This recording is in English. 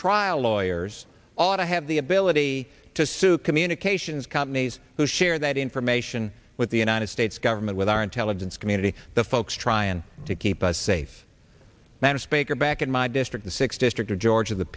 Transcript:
trial lawyers ought to have the ability to sue communications companies who share that information with the united states government with our intelligence community the folks trying to keep us safe than a speaker back in my district in six district or george of the